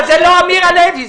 אבל זה לא אמיר הלוי.